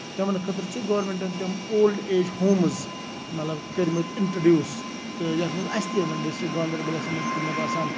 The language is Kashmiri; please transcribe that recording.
تِمن خٲطرٕ چھِ گورمینٹَن تِم اولڈ ایج ہومٕز مطلب کٔرمٕتۍ اِنٹرڈوٗس تہٕ یتھ منٛز اَسہِ تہِ ڈِسٹرک گاندربَلَس منٛز تہِ مےٚ باسان